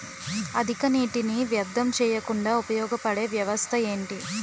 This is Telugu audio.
అధిక నీటినీ వ్యర్థం చేయకుండా ఉపయోగ పడే వ్యవస్థ ఏంటి